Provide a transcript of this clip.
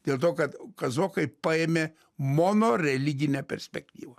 dėl to kad kazokai paėmė monoreliginę perspektyvą